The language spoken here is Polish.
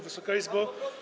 Wysoka Izbo!